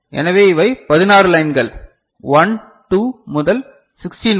எனவே இவை 16 லைன்கள் 1 2 முதல் 16 வரை